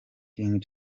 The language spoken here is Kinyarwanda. king